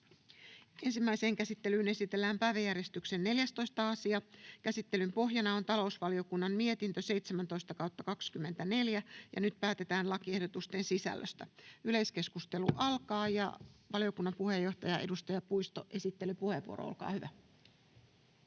Ensimmäiseen käsittelyyn esitellään päiväjärjestyksen 14. asia. Käsittelyn pohjana on talousvaliokunnan mietintö TaVM 17/2024 vp. Nyt päätetään lakiehdotuksen sisällöstä. — Yleiskeskustelu alkaa. Valiokunnan puheenjohtaja, edustaja Puisto, esittelypuheenvuoro, olkaa hyvä.